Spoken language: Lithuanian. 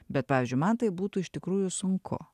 bet pavyzdžiui man tai būtų iš tikrųjų sunku